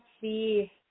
see